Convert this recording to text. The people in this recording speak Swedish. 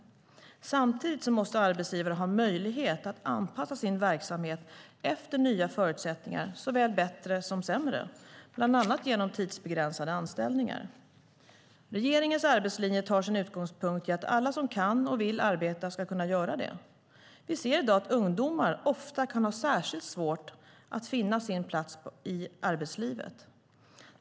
Samtidigt måste arbetsgivare ha möjlighet att anpassa sin verksamhet efter nya förutsättningar, såväl bättre som sämre, bland annat genom tidsbegränsade anställningar. Regeringens arbetslinje tar sin utgångspunkt i att alla som kan och vill arbeta ska kunna göra det. Vi ser i dag att ungdomar ofta kan ha särskilt svårt att finna sin plats i arbetslivet.